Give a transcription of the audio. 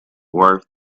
worth